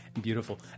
beautiful